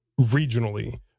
regionally